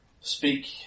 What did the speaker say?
speak